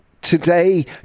Today